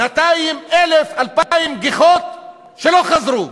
200, 1,000, 2,000 גיחות שלא חזרו.